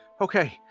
Okay